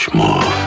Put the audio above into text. more